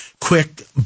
quick